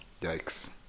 Yikes